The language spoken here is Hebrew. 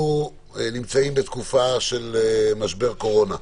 אנחנו נמצאים בתקופה של משבר קורונה,